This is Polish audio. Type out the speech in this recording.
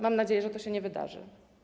Mam nadzieję, że to się nie wydarzy.